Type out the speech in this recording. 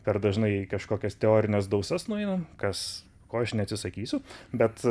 per dažnai į kažkokias teorines dausas nueinam kas ko aš neatsisakysiu bet